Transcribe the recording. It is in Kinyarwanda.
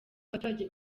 abaturage